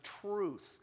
truth